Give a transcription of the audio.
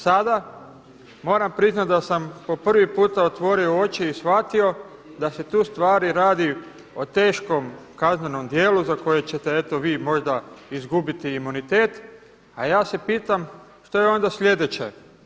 Sada moram priznati da sam po prvi puta otvorio oči i shvatio da se tu stvari radi o teškom kaznenom djelu za koje ćete vi možda izgubiti imunitet, a ja se pitam što je onda sljedeće.